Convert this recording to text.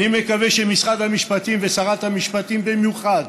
אני מקווה שמשרד המשפטים, ושרת המשפטים במיוחד,